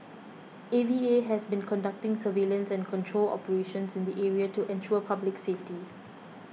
A V A has been conducting surveillance and control operations in the area to ensure public safety